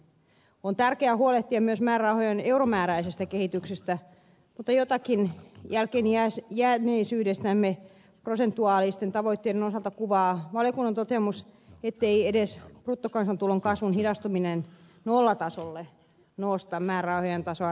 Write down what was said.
on tärkeää huolehtia myös määrärahojen euromääräisestä kehityksestä mutta jotakin jälkeenjääneisyydestämme prosentuaalisten tavoitteiden osalta kuvaa valiokunnan toteamus ettei edes bruttokansantulon kasvun hidastuminen nollatasolle nosta määrärahojen tasoa riittävästi